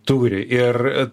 turi ir